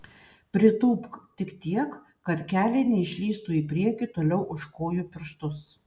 pritūpk tik tiek kad keliai neišlįstų į priekį toliau už kojų pirštus